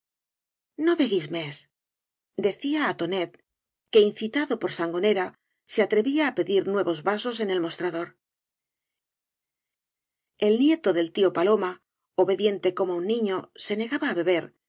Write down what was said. no legues mes decía á tonet que incitado v blasco ibáñbz por sangonera se atrevía á pedir nuevos vasos en el mostrador el nieto del tío paloma obediente como un niño se negaba á beber